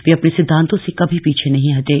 वे अपने सिद्धांतों से कभी पीछे नहीं हटे